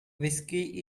whiskey